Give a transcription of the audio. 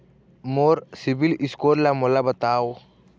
मोर CIBIL score ला मोला बताव?